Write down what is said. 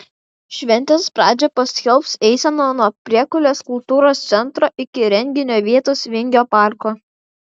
šventės pradžią paskelbs eisena nuo priekulės kultūros centro iki renginio vietos vingio parko